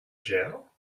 jail